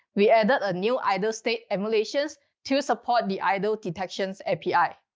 we added a new idle state emulations to support the idle detections api.